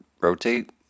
rotate